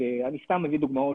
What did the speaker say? אני סתם מביא דוגמאות,